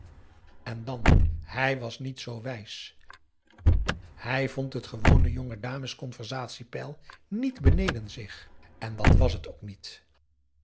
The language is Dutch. en dan hij was niet zoo wijs hij vond het gewone jonge dames conversatie peil niet beneden zich en dat was het ook niet